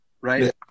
right